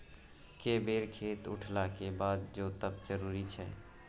के बेर खेत उठला के बाद जोतब जरूरी छै?